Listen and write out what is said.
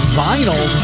vinyl